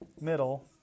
middle